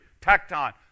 tecton